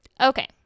Okay